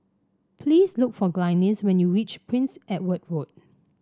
please look for Glynis when you reach Prince Edward Road